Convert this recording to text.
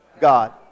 God